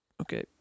Okay